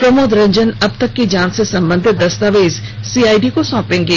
प्रमोद रंजन अबतक की जांच से संबंधित दस्तावेज सीआईडी को सौंपेंगे